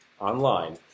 online